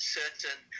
certain